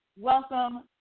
welcome